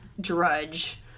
drudge